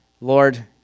Lord